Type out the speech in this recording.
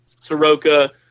Soroka